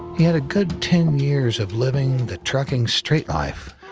he had a good ten years of living the trucking straight life,